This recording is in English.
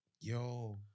Yo